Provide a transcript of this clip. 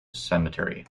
cemetery